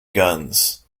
guns